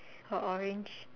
or orange